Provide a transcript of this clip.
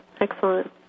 Excellent